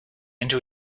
into